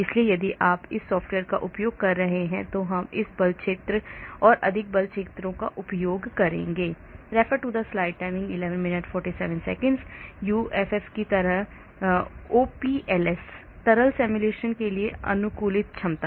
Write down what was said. इसलिए यदि आप उस सॉफ़्टवेयर का उपयोग कर रहे हैं तो हम इस बल क्षेत्र अधिक बल क्षेत्रों का उपयोग करेंगे OPLS तरल सिमुलेशन के लिए अनुकूलित क्षमता